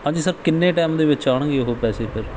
ਹਾਂਜੀ ਸਰ ਕਿੰਨੇ ਟੈਮ ਦੇ ਵਿੱਚ ਆਉਣਗੇ ਉਹ ਪੈਸੇ ਫਿਰ